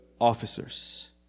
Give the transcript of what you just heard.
officers